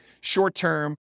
short-term